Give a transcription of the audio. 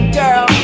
girl